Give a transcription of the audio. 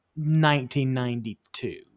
1992